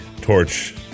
torch